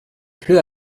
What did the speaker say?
pleut